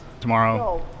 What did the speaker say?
tomorrow